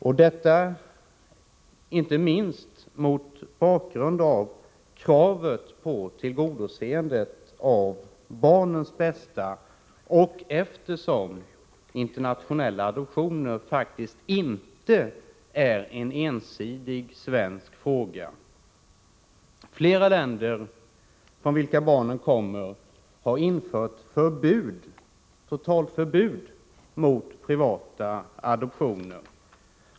Det gäller inte minst mot bakgrund av kravet på ett tillgodoseende av barnens bästa och då internationella adoptioner faktiskt inte ensidigt är en svensk fråga. Flera länder från vilka barnen kommer har infört totalförbud mot privata adoptioner.